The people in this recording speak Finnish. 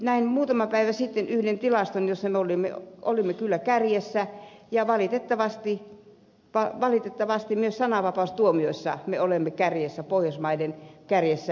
näin muutama päivä sitten yhden tilaston jossa me olimme kyllä kärjessä ja valitettavasti myös sananvapaustuomioissa me olemme kärjessä pohjoismaiden kärjessä